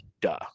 Duh